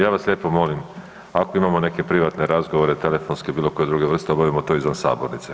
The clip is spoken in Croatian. Ja vas lijepo molim, ako imamo neke privatne razgovore, telefonske ili bilokoje druge vrste, obavimo to izvan sabornice.